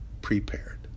prepared